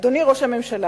אדוני ראש הממשלה,